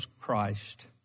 Christ